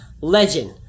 legend